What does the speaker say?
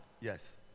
Yes